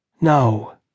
No